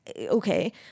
Okay